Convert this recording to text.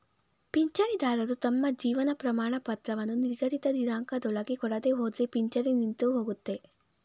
ಪಿಂಚಣಿದಾರರು ತಮ್ಮ ಜೀವನ ಪ್ರಮಾಣಪತ್ರವನ್ನು ನಿಗದಿತ ದಿನಾಂಕದೊಳಗೆ ಕೊಡದೆಹೋದ್ರೆ ಪಿಂಚಣಿ ನಿಂತುಹೋಗುತ್ತೆ